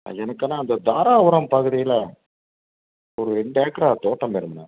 எனக்கு அண்ணா அந்த தாராபுரம் பகுதியில ஒரு ரெண்டு ஏக்கரா தோட்டம் வேணுங்க அண்ணா